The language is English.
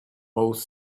both